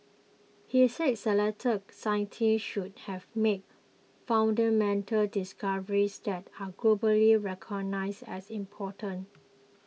he said selected scientists should have made fundamental discoveries that are globally recognised as important